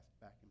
back